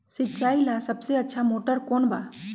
सिंचाई ला सबसे अच्छा मोटर कौन बा?